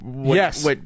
yes